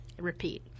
Repeat